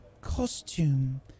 costume